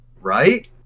right